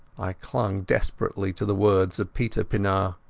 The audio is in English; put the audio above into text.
i clung desperately to the words of peter pienaar.